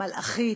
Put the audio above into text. מלאכית,